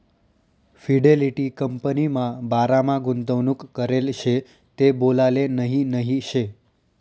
Fidelity कंपनीमा बारामा गुंतवणूक करेल शे ते बोलाले नही नही शे